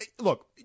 look